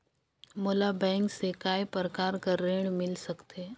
मोला बैंक से काय प्रकार कर ऋण मिल सकथे?